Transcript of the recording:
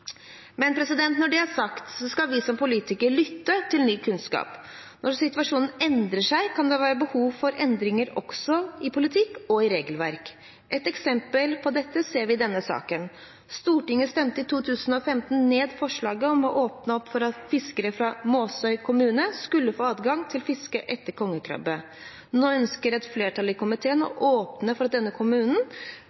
Når det er sagt, skal vi som politikere lytte til ny kunnskap. Når situasjonen endrer seg, kan det være behov for endringer også i politikk og regelverk. Et eksempel på dette ser vi i denne saken: Stortinget stemte i 2015 ned forslaget om å åpne opp for at fiskere fra Måsøy kommune skulle få adgang til fisket etter kongekrabbe. Nå ønsker et flertall i komiteen å